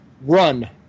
run